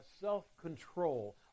self-control